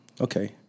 okay